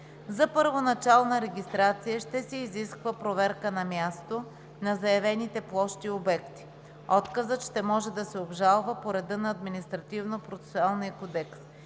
За първоначална регистрация ще се изисква проверка на място на заявените площи и обекти. Отказът ще може да се обжалва по реда на Административнопроцесуалния кодекс.